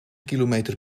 kilometer